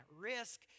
risk